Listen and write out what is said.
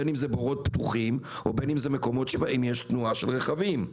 בין אם זה בורות פתוחים ובין אם זה מקומות שבהם יש תנועה של רכבים.